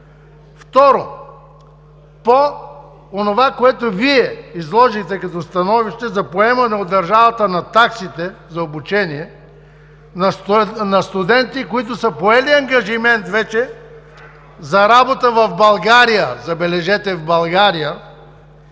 Второ, по онова, което изложите като становище за поемане от държавата на таксите за обучение на студенти, които са поели ангажимент вече за работа в България, забележете, в България,